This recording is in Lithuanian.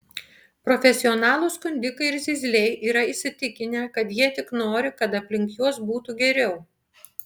profesionalūs skundikai ir zyzliai yra įsitikinę kad jie tik nori kad aplink juos būtų geriau